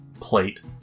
plate